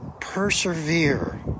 persevere